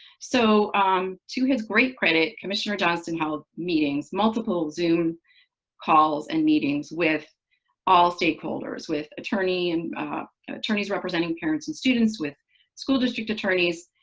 so to his great credit, commissioner johnston held meetings, multiple zoom calls and meetings, with all stakeholders, with attorneys and and attorneys representing parents and students, with school district attorneys,